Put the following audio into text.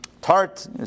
tart